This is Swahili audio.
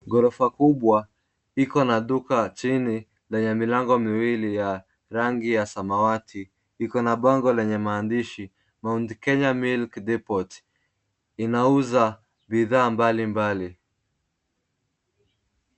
Ghorofa kubwa, iko na duka chini lenye milango miwili ya rangi ya samawati iko na bango lenye maandishi Mount Kenya Milk Depot .Inauza bidhaa mbalimbali.